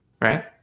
right